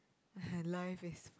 my life is